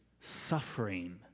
suffering